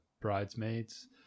bridesmaids